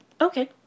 Okay